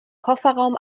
kofferraum